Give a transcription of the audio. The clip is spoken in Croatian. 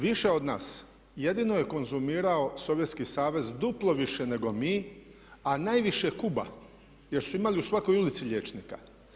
Više od nas jedino je konzumirao Sovjetski savez, duplo više nego mi, a najviše Kuba jer su imali u svakoj ulici liječnika.